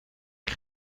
یکی